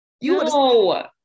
No